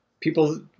people